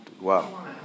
Wow